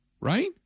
right